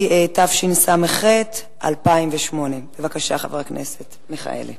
התשס"ח 2008. חבר הכנסת מיכאלי,